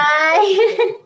Bye